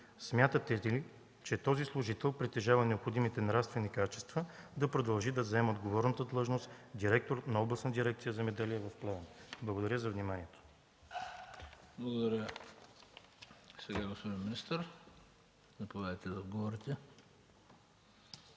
смятате ли, че този служител притежава необходимите нравствени качества да продължи да заема отговорната длъжност директор на Областна дирекция „Земеделие” в Плевен? Благодаря за вниманието.